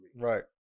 Right